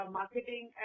marketing